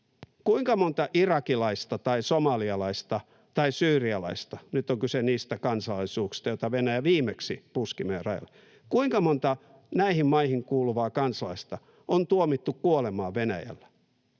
Kuinka monta irakilaista tai somalialaista tai syyrialaista — nyt on kyse niistä kansalaisuuksista, joita Venäjä viimeksi puski meidän rajalle — eli näihin maihin kuuluvaa kansalaista on tuomittu kuolemaan Venäjällä?